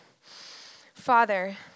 Father